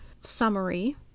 Summary